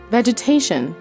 Vegetation